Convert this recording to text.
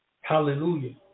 Hallelujah